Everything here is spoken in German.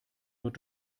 wird